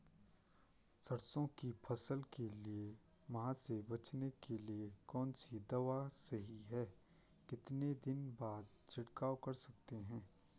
सरसों की फसल के लिए माह से बचने के लिए कौन सी दवा सही है कितने दिन बाद छिड़काव कर सकते हैं?